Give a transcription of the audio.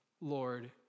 Lord